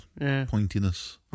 pointiness